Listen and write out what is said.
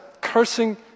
cursing